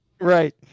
Right